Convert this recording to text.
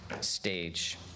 stage